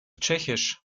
tschechisch